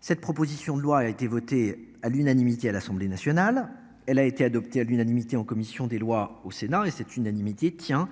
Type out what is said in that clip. Cette proposition de loi a été votée à l'unanimité à l'Assemblée nationale, elle a été adoptée à l'unanimité en commission des lois au Sénat et cette unanimité tiens.